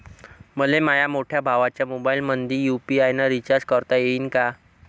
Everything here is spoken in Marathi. मले माह्या मोठ्या भावाच्या मोबाईलमंदी यू.पी.आय न रिचार्ज करता येईन का?